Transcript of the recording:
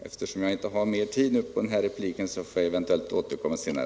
Eftersom jag inte har mera tid till förfogande för denna replik, får jag eventuellt återkomma senare.